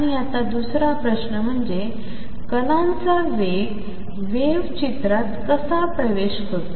आणि आता दुसरा प्रश्न म्हणजे कणांचा वेग वेव्ह चित्रात कसा प्रवेश करतो